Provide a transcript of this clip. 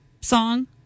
song